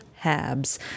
Habs